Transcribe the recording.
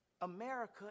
America